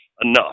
enough